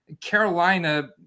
Carolina